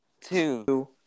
two